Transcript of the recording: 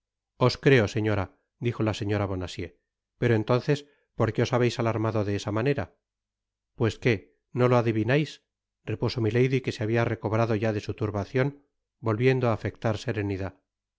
os creo señora dijo la señora bouacieux pero entonces por qué os habeis alarmado de esa manera pues que no lo adivinais repuso milady que se habia recobrado ya de su turbacion volviendo á afectar serenidad